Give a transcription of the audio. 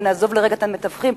ונעזוב לרגע את המתווכים.